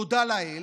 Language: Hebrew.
תודה לאל.